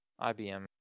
IBM